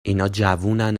جوونن